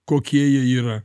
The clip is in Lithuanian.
kokie jie yra